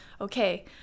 okay